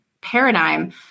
paradigm